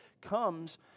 comes